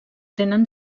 tenen